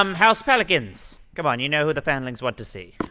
um house pelicans. come on, you know who the fanlings want to see